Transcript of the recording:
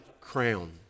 crown